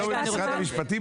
אתה לא ממשרד המשפטים?